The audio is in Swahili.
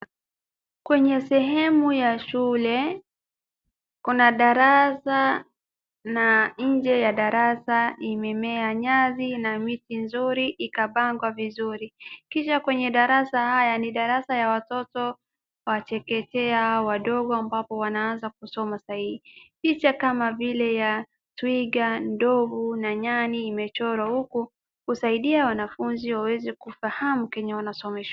Kwenye sehemu ya shule, kuna darasa na nje ya darasa imemea nyasi na miti nzuri ikapangwa vizuri. Kisha kwenye drasa haya ni darasa ya watoto wa chekechea wadogo ambapo wanaanza kusoma sahii. Picha kama vile ya twiga, ndovu, na nyani imechorwa huku, kusaidia wanafunziwaweze kufahamu kenye wanasomeshwa.